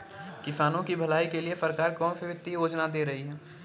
किसानों की भलाई के लिए सरकार कौनसी वित्तीय योजना दे रही है?